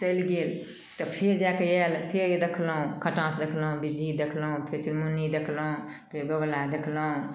चलि गेल तऽ फेर जाकऽ आएल तऽ फेर देखलहुँ खटाँस देखलहुँ बिज्जी देखलहुँ फेर चुनमुनी देखलहुँ फेर बौगुला देखलहुँ